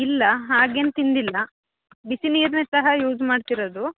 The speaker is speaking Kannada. ಇಲ್ಲ ಹಾಗೇನು ತಿಂದಿಲ್ಲ ಬಿಸಿ ನೀರನ್ನ ಸಹ ಯೂಸ್ ಮಾಡ್ತಿರೋದು